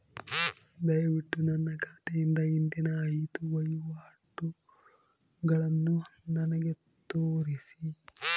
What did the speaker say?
ದಯವಿಟ್ಟು ನನ್ನ ಖಾತೆಯಿಂದ ಹಿಂದಿನ ಐದು ವಹಿವಾಟುಗಳನ್ನು ನನಗೆ ತೋರಿಸಿ